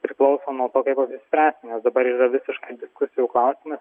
priklauso nuo to kaip apsispręsim nes dabar yra visiškai diskusijų klausimas